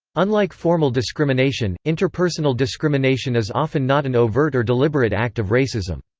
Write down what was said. unlike formal discrimination, interpersonal discrimination is often not an overt or deliberate act of racism.